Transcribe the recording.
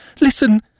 listen